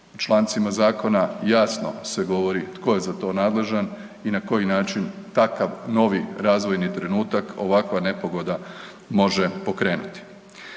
Člancima zakona jasno se govori tko je za to nadležan i na koji način takav novi razvojni trenutak ovakva nepogoda može pokrenuti.